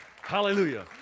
Hallelujah